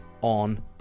on